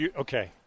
okay